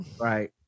Right